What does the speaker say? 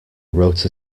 wrote